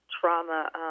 trauma